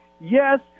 Yes